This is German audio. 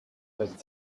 seit